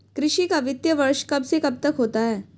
कृषि का वित्तीय वर्ष कब से कब तक होता है?